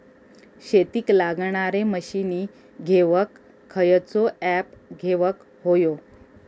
शेतीक लागणारे मशीनी घेवक खयचो ऍप घेवक होयो?